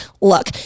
look